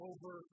Over